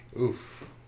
Oof